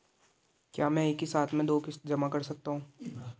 क्या मैं एक ही साथ में दो किश्त जमा कर सकता हूँ?